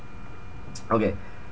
okay